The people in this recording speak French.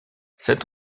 cet